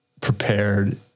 prepared